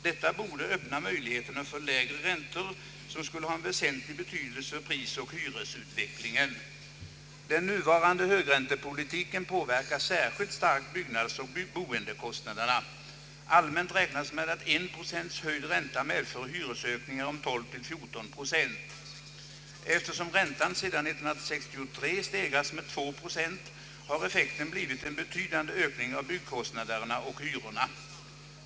Detta borde öppna möjligheterna för lägre räntor, som skulle ha en väsentlig betydelse för prisoch hyresutvecklingen. Den nuvarande högräntepolitiken påverkar särskilt starkt byggnadsoch boendekostnaderna. Allmänt räknas med att en procents höjd ränta medför hyresökningar om 12—14 procent. Eftersom räntan sedan 1963 stegrats med två och en halv procent har effekten blivit en betydande ökning av byggkostnaderna och hyrorna.